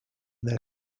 their